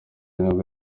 nibwo